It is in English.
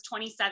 27